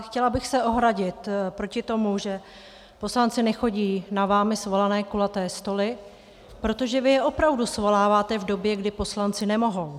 Chtěla bych se ohradit proti tomu, že poslanci nechodí na vámi svolané kulaté stoly, protože vy je opravdu svoláváte v době, kdy poslanci nemohou.